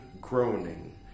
groaning